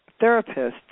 therapists